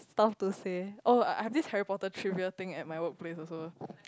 stuff to say oh I I have this Harry-Potter trivia thing at my workplace also